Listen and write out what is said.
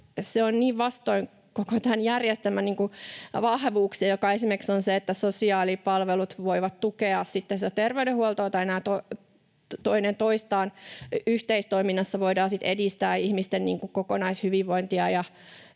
se on niin vastoin koko tämän järjestelmän vahvuuksia, joita on esimerkiksi se, että sosiaalipalvelut voivat tukea terveydenhuoltoa ja niillä toinen toisensa kanssa yhteistoiminnassa voidaan edistää ihmisten kokonaishyvinvointia